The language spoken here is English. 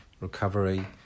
recovery